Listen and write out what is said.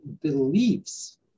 beliefs